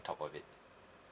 top of it